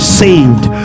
saved